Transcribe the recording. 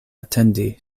atendi